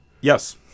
yes